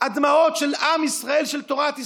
הדמעות של עם ישראל, של תורת ישראל.